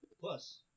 Plus